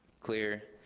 clear,